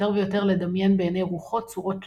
ויותר לדמיין בעיני רוחו צורות תלת-ממדיות.